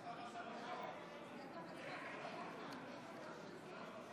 ההצבעה: 56 נגד,